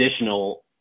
additional